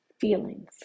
feelings